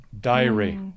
diary